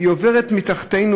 היא עוברת מתחתינו,